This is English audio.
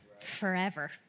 forever